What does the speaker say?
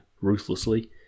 ruthlessly